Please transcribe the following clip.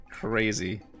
Crazy